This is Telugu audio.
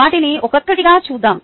వాటిని ఒక్కొక్కటిగా చూద్దాం